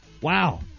wow